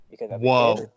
Whoa